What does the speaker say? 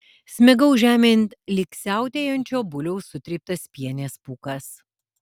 smigau žemėn lyg siautėjančio buliaus sutryptas pienės pūkas